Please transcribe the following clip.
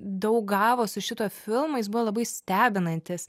daug gavo su šituo filmu jis buvo labai stebinantis